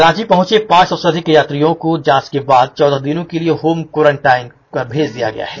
रांची पहुंचे पांच सौ से अधिक यात्रियों को जांच के बाद चौदह दिनों के लिए होम क्वारन्टीन पर भेज दिया गया है